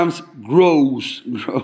grows